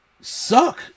suck